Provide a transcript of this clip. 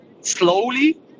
slowly